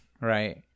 right